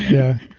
yeah.